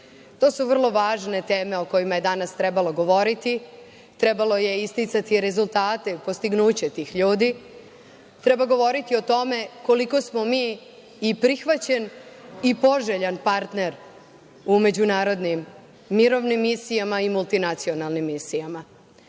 To su vrlo važne teme o kojima je danas trebalo govoriti. Trebalo je isticati rezultate, postignuće tih ljudi, treba govoriti o tome koliko smo mi i prihvaćen i poželjan partner u međunarodnim mirovnim misijama i multinacionalnim misijama.O